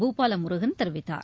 பூபால முருகன் தெரிவித்தார்